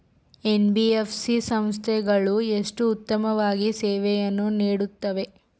NBFC ಸಂಸ್ಥೆಗಳು ಎಷ್ಟು ಉತ್ತಮವಾಗಿ ಸೇವೆಯನ್ನು ನೇಡುತ್ತವೆ?